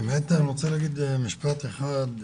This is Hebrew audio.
ח"כ מופיד מרעי בבקשה.